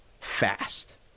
fast